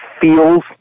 feels